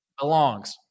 belongs